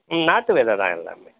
ம் நாட்டு விதை தான் எல்லாமே